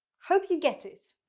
hope you get it.